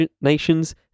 nations